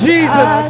Jesus